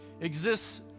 exists